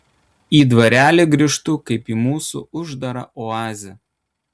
į dvarelį grįžtu kaip į mūsų uždarą oazę